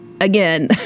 again